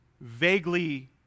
vaguely